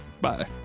Bye